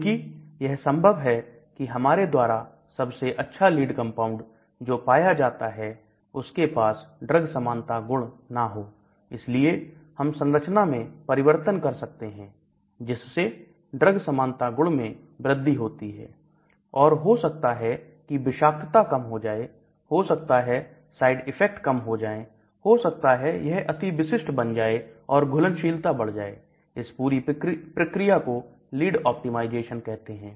क्योंकि यह संभव है कि हमारे द्वारा सबसे अच्छा लीड कंपाउंड जो पाया जाता है उसके पास ड्रग समानता गुण ना हो इसलिए हम संरचना में परिवर्तन कर सकते हैं जिससे ड्रग समानता गुण में वृद्धि होती है और हो सकता है की विषाक्तता कम हो जाए हो सकता है साइड इफेक्ट कम हो जाए हो सकता है यह अति विशिष्ट बन जाए और घुलनशीलता बढ़ जाए इस पूरी प्रक्रिया को लीड ऑप्टिमाइजेशन कहते हैं